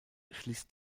schließt